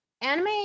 anime